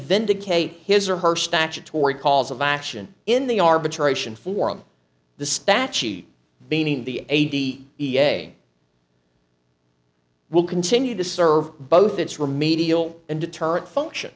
vindicate his or her statutory cause of action in the arbitration forum the statute meaning the ag e a a will continue to serve both its remedial and deterrent function